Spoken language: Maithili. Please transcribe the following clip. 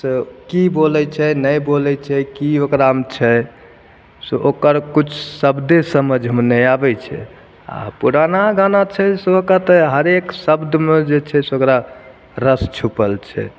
तऽ की बोलै छै नहि बोलै छै की ओकरामे छै से ओकर किछु शब्दे समझमे नहि आबै छै आ पुराना गाना छै से ओकर तऽ हरेक शब्दमे जे छै से ओकरा रस छुपल छै